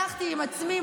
הלכתי עם עצמי,